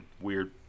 weird